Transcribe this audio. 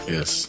Yes